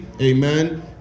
amen